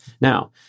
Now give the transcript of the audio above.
Now